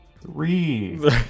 Three